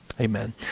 Amen